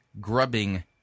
grubbing